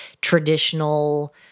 traditional